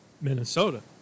Minnesota